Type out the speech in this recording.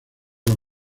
los